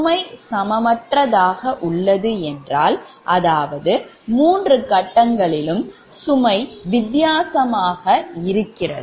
சுமை சமமற்றதாக உள்ளது என்றால் அதாவது 3 கட்டங்களிலும் சுமை வித்தியாசமாக இருக்கிறது